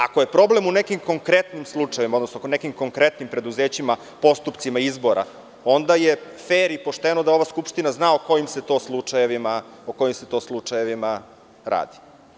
Ako je problem u nekim konkretnim slučajevima, odnosno kod nekih konkretnih preduzeća, postupcima izbora, onda je fer i pošteno da ova Skupština zna o kojim se to slučajevima radi.